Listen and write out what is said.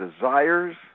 desires